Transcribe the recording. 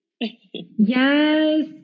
yes